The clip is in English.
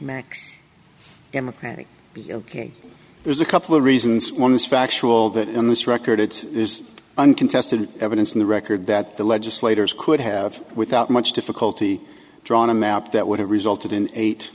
say democratic be ok there's a couple reasons one is factual that in this record it is uncontested evidence in the record that the legislators could have without much difficulty drawn a map that would have resulted in eight